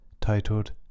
titled